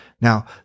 Now